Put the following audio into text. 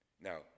Now